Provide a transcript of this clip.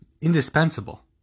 indispensable